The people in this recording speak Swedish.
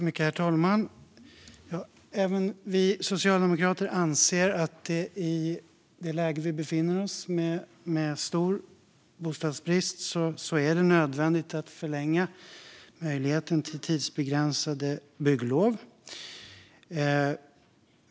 Herr talman! Även vi socialdemokrater anser att det i det läge vi befinner oss i, med stor bostadsbrist, är nödvändigt att förlänga möjligheten till tidsbegränsade bygglov.